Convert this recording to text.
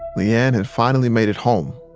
le-ann had finally made it home.